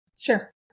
Sure